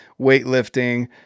weightlifting